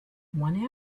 one